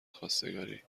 خواستگاری